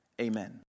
Amen